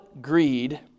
Greed